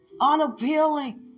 unappealing